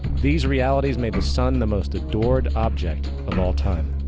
these realities made the sun the most adored object of all time.